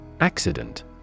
Accident